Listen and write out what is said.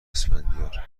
اسفندیار